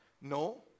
No